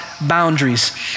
boundaries